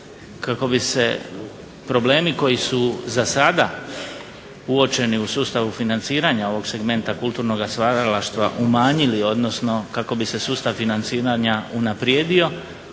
kako bi se problemi koji su za sada uočeni u sustavu financiranja ovoga segmenta kulturnog stvaralaštva umanjili odnosno kako bi se sustav financiranja unaprijedio